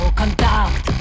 contact